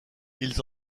ils